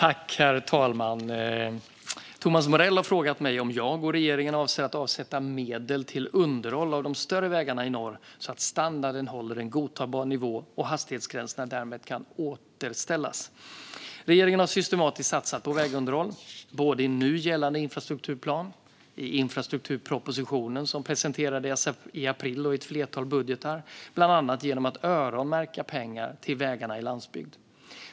Herr talman! Thomas Morell har frågat mig om jag och regeringen avser att avsätta medel till underhåll av de större vägarna i norr så att standarden håller en godtagbar nivå och hastighetsgränserna därmed kan återställas. Regeringen har systematiskt satsat på vägunderhåll både i nu gällande infrastrukturplan, i infrastrukturpropositionen som presenterades i april och i ett flertal budgetar, bland annat genom att öronmärka pengar till vägarna i landsbygd.